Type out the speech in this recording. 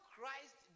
Christ